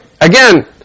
Again